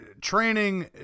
training